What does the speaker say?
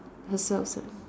herself s~